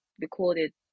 recorded